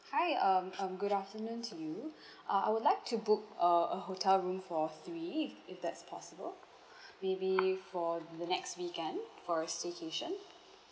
hi um um good afternoon to you uh I would like to book a a hotel room for three if if that's possible maybe for the next weekend for a staycation